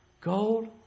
Gold